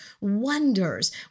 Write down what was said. wonders